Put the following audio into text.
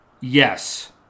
yes